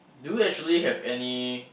do you actually have any